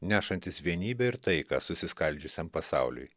nešantis vienybę ir taiką susiskaldžiusiam pasauliui